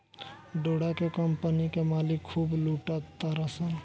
डोरा के कम्पनी के मालिक खूब लूटा तारसन